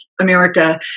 America